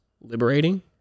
liberating